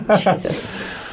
Jesus